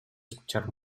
escuchar